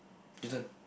eaten